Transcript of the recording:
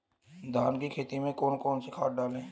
धान की खेती में कौन कौन सी खाद डालें?